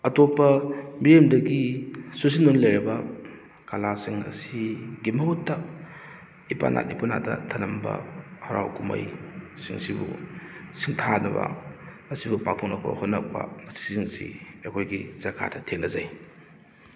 ꯑꯇꯣꯞꯄ ꯃꯤꯠꯌꯦꯡꯗꯒꯤ ꯆꯨꯁꯤꯟꯗꯨꯅ ꯂꯩꯔꯕ ꯀꯂꯥꯁꯤꯡ ꯑꯁꯤꯒꯤ ꯃꯍꯨꯠꯇ ꯏꯄꯥꯅꯥꯠ ꯏꯄꯨꯅꯥꯠꯇ ꯊꯝꯂꯝꯕ ꯍꯔꯥꯎ ꯀꯨꯝꯍꯩ ꯁꯤꯡꯁꯤꯕꯨ ꯁꯤꯡꯊꯥꯅꯕ ꯃꯁꯤꯕꯨ ꯄꯥꯛꯊꯣꯛꯅꯕ ꯍꯣꯠꯅꯕ ꯃꯁꯤꯁꯤꯡꯁꯤ ꯑꯩꯈꯣꯏꯒꯤ ꯖꯒꯥꯗ ꯊꯦꯡꯅꯖꯩ